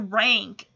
rank